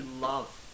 love